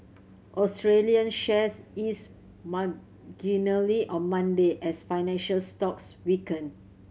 Australian shares eased marginally on Monday as financial stocks weakened